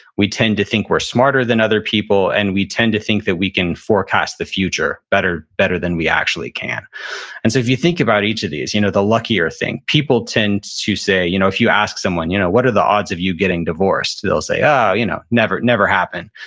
we tend to think we're smarter than other people. and we tend to think that we can forecast the future better better than we actually can and so if you think about each of these, you know the luckier thing, people tend to say, you know if you ask someone, you know what are the odds of you getting divorced? they'll say, yeah you know ah, never happen.